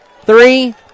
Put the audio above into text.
three